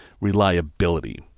reliability